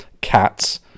Cats